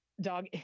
Dog